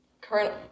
current